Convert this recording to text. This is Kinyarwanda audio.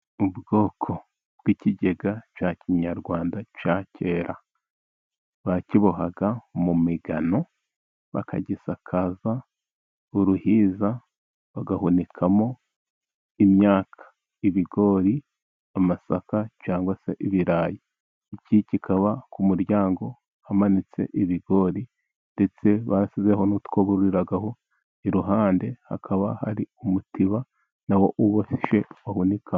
Ubwoko bw'ikigega cya kinyarwanda cya kera, bakibohaga mu migano bakagisakaza uruhiza, bagahunikamo imyaka. Ibigori, amasaka cyangwa se ibirayi, iki kikaba ku muryango hamanitse ibigori, ndetse basizeho n'utwo buriragaho iruhande hakaba hari umutiba na wo uboshye bahunikamo.